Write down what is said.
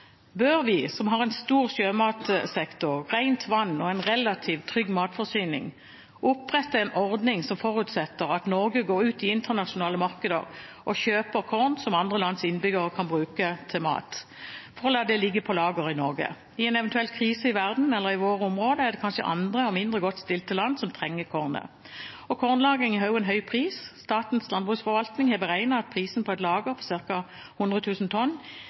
Bør vi som har en stor sjømatsektor, rent vann og en relativt trygg matforsyning, opprette en ordning som forutsetter at Norge går ut i internasjonale markeder og kjøper korn som andre lands innbyggere kan bruke til mat, for å la det ligge på lager i Norge? I en eventuell krise i verden eller i våre områder er det kanskje andre og mindre godt stilte land som trenger kornet. Kornlagring har også en høy pris. Statens landbruksforvaltning har beregnet at prisen på et lager på ca. 100 000 tonn,